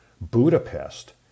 Budapest